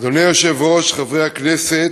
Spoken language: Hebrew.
אדוני היושב-ראש, חברי הכנסת,